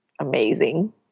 amazing